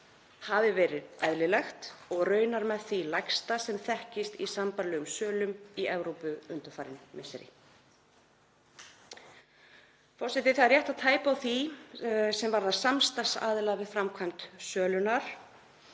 hafi verið eðlilegt og raunar með því lægsta sem þekkist í sambærilegum sölum í Evrópu undanfarin misseri. Forseti. Það er rétt að tæpa á því sem varðar samstarfsaðila við framkvæmd sölunnar